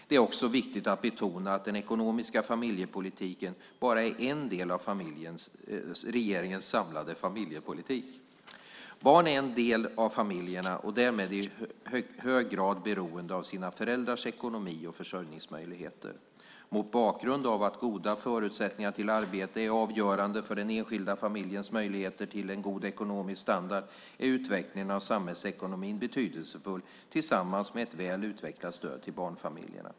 Det är också viktigt att betona att den ekonomiska familjepolitiken bara är en del av regeringens samlade familjepolitik. Barn är en del av familjerna och därmed i hög grad beroende av sina föräldrars ekonomi och försörjningsmöjligheter. Mot bakgrund av att goda förutsättningar till arbete är avgörande för den enskilda familjens möjligheter till en god ekonomisk standard är utvecklingen av samhällsekonomin betydelsefull tillsammans med ett väl utvecklat stöd till barnfamiljerna.